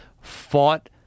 fought